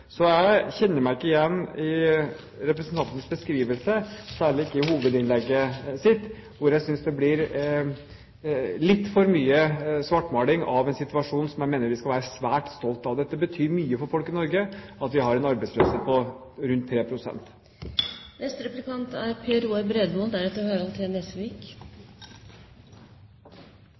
Så jeg kjenner meg ikke igjen i representantens beskrivelse, særlig ikke i hovedinnlegget hennes, hvor jeg synes det blir litt for mye svartmaling av en situasjon som jeg mener vi skal være svært stolte av. Det betyr mye for folk i Norge at vi har en arbeidsløshet på rundt